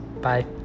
Bye